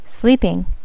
Sleeping